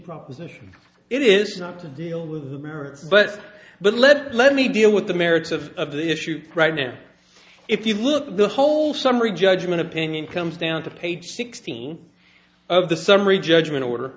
proposition it is not to deal with but but let let me deal with the merits of the issue right now if you look at the whole summary judgment opinion comes down to page sixteen of the summary judgment order